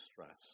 stress